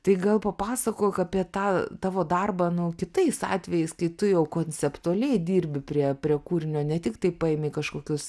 tai gal papasakok apie tą tavo darbą nu kitais atvejais kai tu jau konceptualiai dirbi prie prie kūrinio ne tiktai paėmi kažkokius